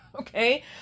Okay